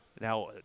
Now